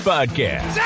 Podcast